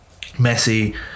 Messi